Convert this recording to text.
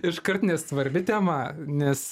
iškart nes svarbi tema nes